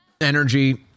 energy